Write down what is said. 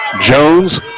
Jones